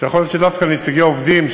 ויכול להיות שדווקא נציגי העובדים,